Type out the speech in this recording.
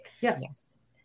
Yes